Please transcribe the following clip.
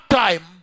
time